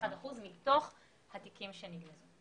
31% מתוך התיקים שנגנזו.